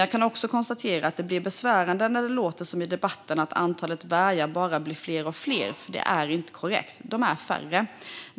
Jag kan också konstatera att det blir besvärande när det låter i debatten som att vargarna bara blir fler och fler. Detta är inte korrekt, utan de är färre.